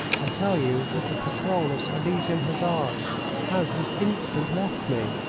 i tell you that a patrol of silesian hussars has this instant left me.